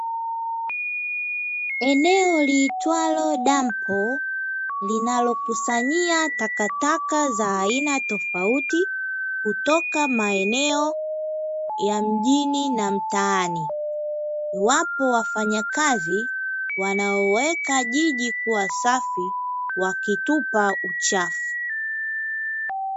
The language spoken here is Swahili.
Eneo liitwalo dampo linalokusanyia takataka za aina tofauti kutoka maeneo ya mjini na mtaani, wapo wafanyakazi wanaoweka jiji kuwa safi wakitupa uchafu.